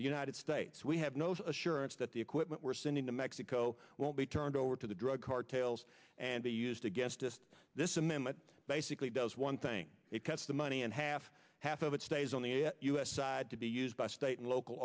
the united states we have knows assurance that the equipment we're sending to mexico will be turned over to the drug cartels and they used a guest just this amendment basically does one thing it cuts the money and half half of it stays on the u s side to be used by state and local